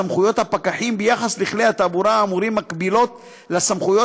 סמכויות הפקחים ביחס לכלי התעבורה האמורים מקבילות לסמכויות